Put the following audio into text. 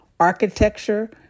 architecture